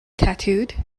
tattooed